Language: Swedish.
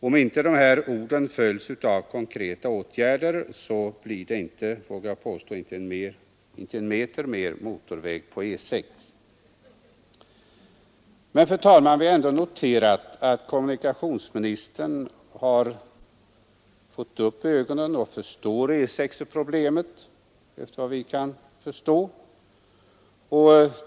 Om dessa ord inte följs av konkreta åtgärder blir det inte en meter mer motorväg på E 6. Men, fru talman, vi har ändå noterat att kommunikationsministern har fått upp ögonen för och förstår problemet E 6.